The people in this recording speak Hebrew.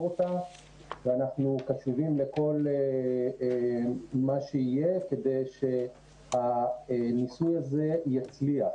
אותה ואנחנו קשובים לכל מה שיהיה כדי שהניסוי הזה יצליח